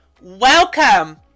welcome